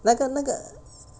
那个那个